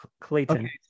Clayton